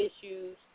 issues